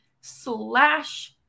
slash